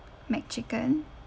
mcchicken